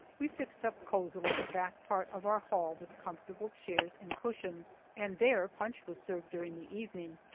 we fixed up cozily the back part of our hall with comfortable chairs and cushions, and there punch was served during the evening.